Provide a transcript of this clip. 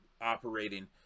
operating